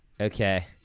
Okay